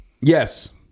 Yes